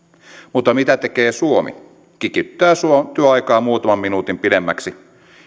mutta mitä tekee suomi kikyttää työaikaa muutaman minuutin pidemmäksi